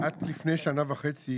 לפני שנה וחצי,